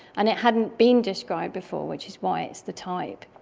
and it hadn't been described before, which is why it's the type.